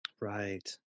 Right